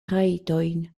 trajtojn